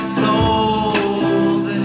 sold